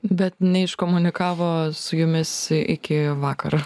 bet neiškomunikavo su jumis iki vakar